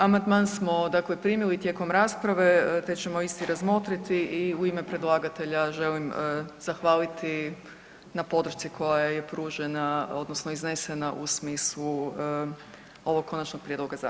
Amandman smo dakle primili tijekom rasprave te ćemo isti razmotriti i u ime predlagatelja želim zahvaliti na podršci koja je pružena odnosno iznesena u smislu ovog Konačnog prijedloga zakona.